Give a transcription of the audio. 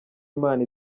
imana